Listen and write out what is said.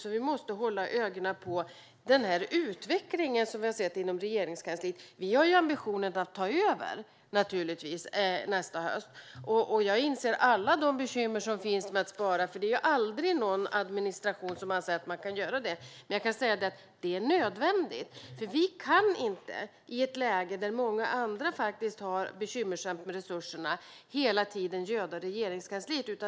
Samtidigt måste vi hålla ögonen på den utveckling som vi har sett inom Regeringskansliet. Vi har naturligtvis ambitionen att ta över regeringsmakten nästa höst. Jag inser alla bekymmer som finns med att spara, eftersom det aldrig är någon administration som anser att man kan göra det. Men jag kan säga att det är nödvändigt. I ett läge där många andra faktiskt har det bekymmersamt med resurserna kan vi inte hela tiden göda Regeringskansliet.